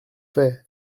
fais